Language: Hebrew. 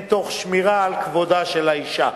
וכן תוך שמירה על כבודה של האשה.